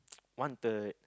wanted